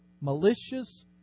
malicious